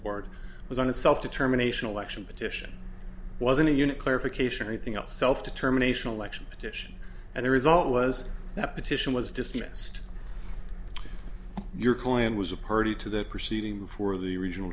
board was on a self determination election petition wasn't a unit clarification anything else self determination election edition and the result was that petition was dismissed your client was a party to the proceeding before the regional